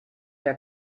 der